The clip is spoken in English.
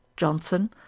johnson